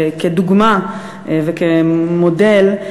כדוגמה וכמודל,